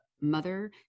mother